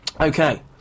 Okay